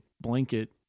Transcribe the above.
blanket